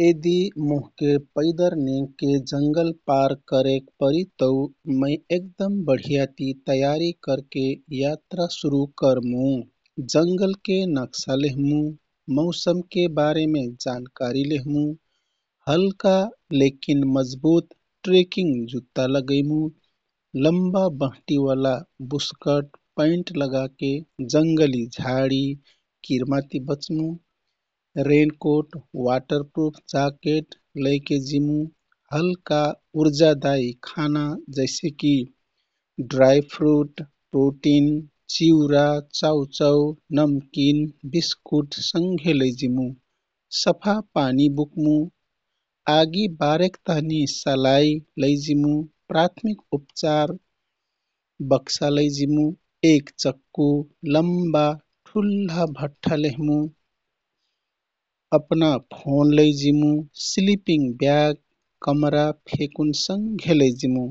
यदि मोहके पैदर नेगके जंगल पार करेक परि तौ मै एकदम बढिया ति तयारी करके यात्रा सुरु करमु। जंगलके नक्सा लेहमु, मौसमके बारेमे जानकारी लेहमु, हल्का लेकिन मजबुत ट्रेकिङ जुत्ता लगैमु, लम्बा बहटि वाला बुस्कट, पैन्ट लगाके जंगली, झाडी, किरमा ति बच्मु। रेनकोट वाटरप्रुफ जाकेट लैके जिमु, हल्का, उर्जादायी खाना जैसेकि, ड्राइ फ्रुट, प्रोटिन, चिउरा, चाउचाउ, नमकिन, बिस्कुट सँघे लैजिमु। सफा पानी बुकमु, आगी बारेक तहनि सलाइ, प्राथमिक उपचार बकसा लैजिमु, एक चक्कु, लम्बा, ठुल्हा भठ्ठा लेहमु, अपना फोन लैजिमु, स्लिपिङ ब्याग, कमरा फेकुन संघे लैजिमु,